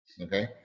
okay